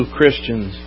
Christians